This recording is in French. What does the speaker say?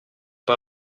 pas